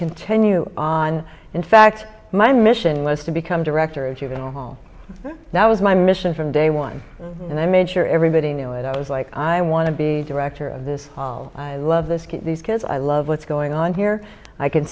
continue on in fact my mission was to become director of juvenile hall that was my mission from day one and i made sure everybody knew what i was like i want to be director of this fall i love this kid these kids i love what's going on here i can